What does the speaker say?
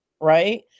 right